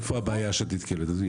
איפה הבעיה שאת נתקלת?